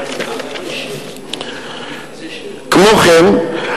כמו כן,